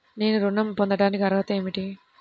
నేను ఋణం పొందటానికి అర్హత ఏమిటి?